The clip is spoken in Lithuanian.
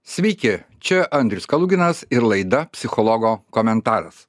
sveiki čia andrius kaluginas ir laida psichologo komentaras